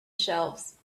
shelves